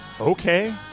Okay